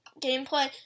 Gameplay